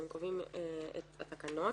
הם קובעים את התקנות,